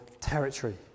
territory